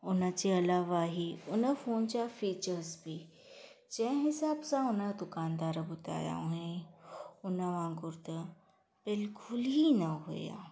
हुनजे अलावा हीअ हुन फ़ोन जा फ़ीचर्स बि जंहिं हिसाब सां हुन दुकानदार ॿुधाया हुयईं हुन वांगुरु त बिल्कुलु ई न हुआ